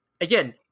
again